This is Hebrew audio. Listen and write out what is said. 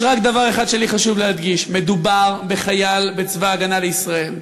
יש רק דבר אחד שלי חשוב להדגיש: מדובר בחייל בצבא ההגנה לישראל.